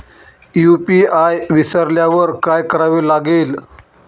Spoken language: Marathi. यू.पी.आय विसरल्यावर काय करावे लागेल?